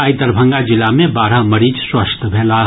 आइ दरभंगा जिला मे बारह मरीज स्वस्थ भेलाह